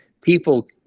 people